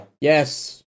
Yes